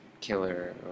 killer